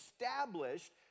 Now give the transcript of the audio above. established